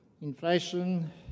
Inflation